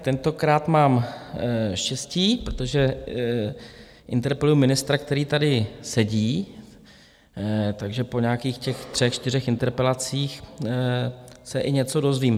Tentokrát mám štěstí, protože interpeluji ministra, který tady sedí, takže po nějakých těch třech, čtyřech interpelacích se i něco dozvím.